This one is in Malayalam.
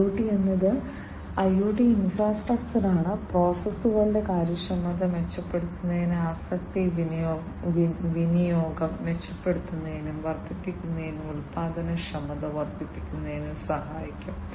IoT എന്നത് IoT ഇൻഫ്രാസ്ട്രക്ചറാണ് പ്രോസസുകളുടെ കാര്യക്ഷമത മെച്ചപ്പെടുത്തുന്നതിന് ആസ്തി വിനിയോഗം മെച്ചപ്പെടുത്തുന്നതിനും വർദ്ധിപ്പിക്കുന്നതിനും ഉൽപ്പാദനക്ഷമത വർദ്ധിപ്പിക്കുന്നതിനും സഹായിക്കും